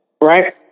right